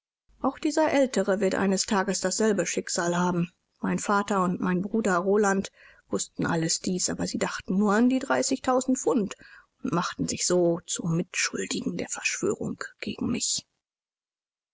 auch dieser ältere wird eines tages dasselbe schicksal haben mein vater und mein bruder roland wußten alles dies aber sie dachten nur an die dreißigtausend pfund und machten sich so zu mitschuldigen der verschwörung gegen mich